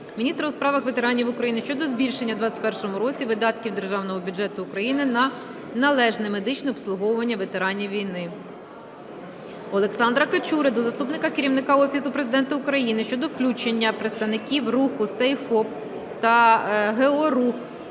міністра у справах ветеранів України щодо збільшення у 2021 році видатків Державного бюджету України на належне медичне обслуговування ветеранів війни. Олександра Качури до заступника Керівника Офісу Президента України щодо включення представників Руху #SaveФОП (ГО